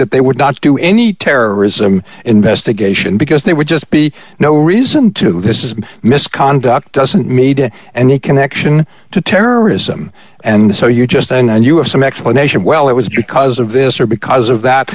that they would not do any terrorism investigation because they would just be no reason to this is misconduct doesn't media and the connection to terrorism and so you just then and you have some explanation well it was because of this or because of that